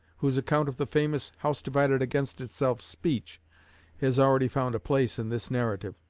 whose account of the famous house-divided-against-itself speech has already found a place in this narrative.